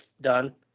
done